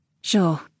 Sure